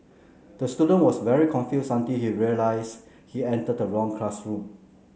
the student was very confused until he realised he entered the wrong classroom